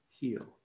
heal